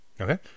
Okay